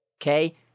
Okay